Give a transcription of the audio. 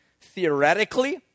theoretically